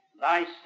thyself